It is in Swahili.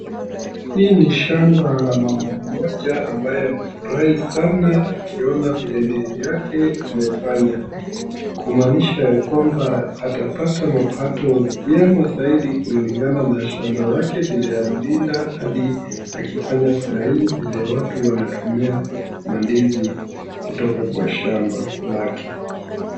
Hii ni shamba la mama mmoja ambaye amefurahi sana akiona vile ndizi yake imefanya kumaanisha ya kwamba atapata mapato yema zaidi kulingana na shamba lake vile alilinda hadi akifanya sahii vile watu wanatumia mandizi kutoka kwa shamba lake.